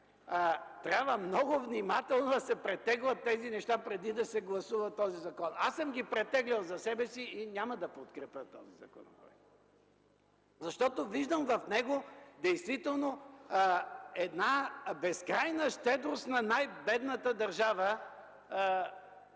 трябва много внимателно да се претеглят тези неща преди да се гласува този законопроект. Аз съм ги претеглил за себе си и няма да подкрепя този законопроект! Виждам в него действително една безкрайна щедрост на най-бедната държава,